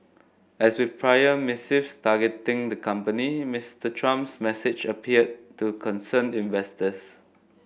as with prior missives targeting the company Mister Trump's message appeared to concern investors